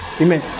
Amen